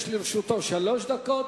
יש לרשותו שלוש דקות.